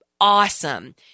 awesome